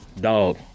Dog